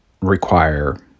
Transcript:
require